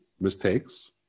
mistakes